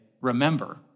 remember